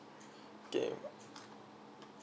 okay